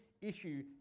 issue